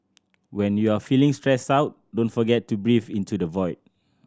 when you are feeling stressed out don't forget to breathe into the void